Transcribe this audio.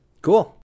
cool